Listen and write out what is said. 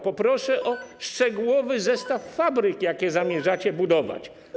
Poproszę o szczegółowe zestawienie fabryk, jakie zamierzacie budować.